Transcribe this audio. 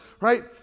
right